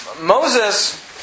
Moses